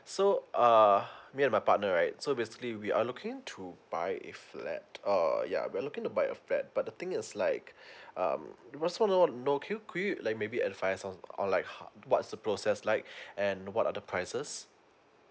so uh me and my partner right so basically we are looking to buy a flat uh yeah we're looking to buy a flat but the thing is like um it was could you could you like maybe advice on like how what's the process like and what are the prices